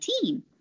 team